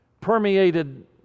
permeated